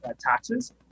taxes